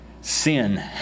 Sin